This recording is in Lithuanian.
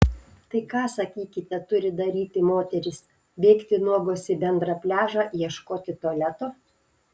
tai ką sakykite turi daryti moterys bėgti nuogos į bendrą pliažą ieškoti tualeto